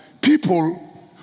people